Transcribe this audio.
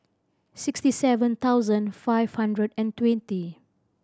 sixty seven thousand five hundred and twenty